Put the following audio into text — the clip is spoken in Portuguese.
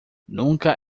nunca